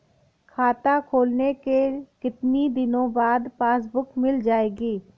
खाता खोलने के कितनी दिनो बाद पासबुक मिल जाएगी?